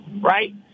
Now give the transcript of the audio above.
right